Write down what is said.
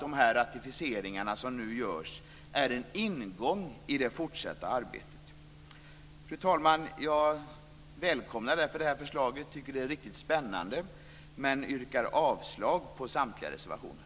De ratificeringar som nu görs är också en ingång i det fortsatta arbetet. Fru talman! Jag välkomnar det här förslaget och tycker att det är riktigt spännande. Men jag yrkar avslag på samtliga reservationer.